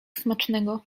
smacznego